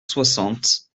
soixante